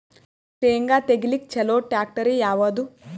ಶೇಂಗಾ ತೆಗಿಲಿಕ್ಕ ಚಲೋ ಟ್ಯಾಕ್ಟರಿ ಯಾವಾದು?